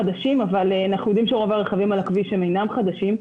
חדשים אבל אנחנו יודעים שרוב הרכבים על הכביש אינם חדשים.